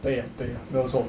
对 ah 对 ah 没有错